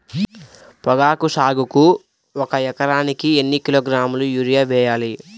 పొగాకు సాగుకు ఒక ఎకరానికి ఎన్ని కిలోగ్రాముల యూరియా వేయాలి?